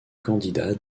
candidats